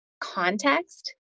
context